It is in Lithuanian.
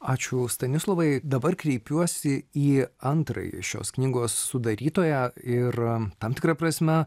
ačiū stanislovai dabar kreipiuosi į antrąjį šios knygos sudarytoją ir tam tikra prasme